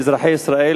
מאזרחי ישראל,